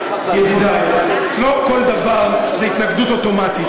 ידידי, לא כל דבר זה התנגדות אוטומטית.